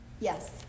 Yes